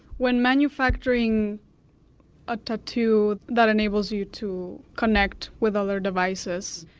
when manufacturing a tattoo that enables you to connect with other devices,